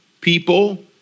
people